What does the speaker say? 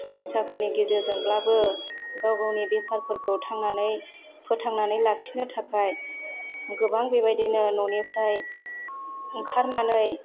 समैसाफोरनि गेजेरजोंब्लाबो गाव गावनि बेफारफोरखौ फोथांनानै लाखिनो थाखाय गोबां बेबायदिनो न'निफ्राय ओंखारनानै